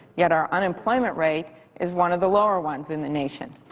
yet our unemployment rate is one of the lower ones in the nation.